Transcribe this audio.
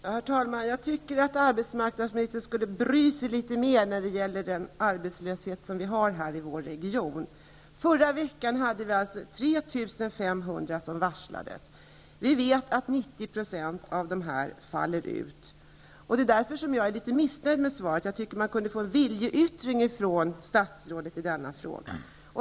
Herr talman! Jag tycker att arbetsmarknadsministern skulle bry sig litet mera när det gäller arbetslösheten i vår region. Förra veckan varslades 3 500. Vi vet att 90 % av varslen faller ut. Därför är jag litet missnöjd med svaret. Jag tycker att vi kunde få en viljeyttring från statsrådet i denna fråga.